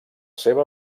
seva